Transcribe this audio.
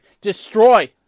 destroy